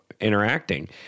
interacting